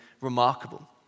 remarkable